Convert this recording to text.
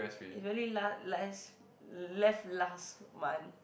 is really la~ less left last month